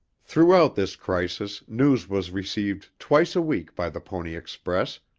throughout this crisis, news was received twice a week by the pony express,